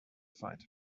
fight